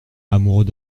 amoureux